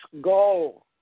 go